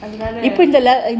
அதுனால:athunaala